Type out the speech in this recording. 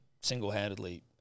single-handedly